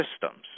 systems